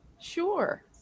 Sure